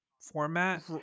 format